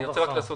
אני רוצה לעשות